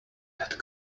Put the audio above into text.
that